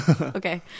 Okay